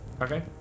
Okay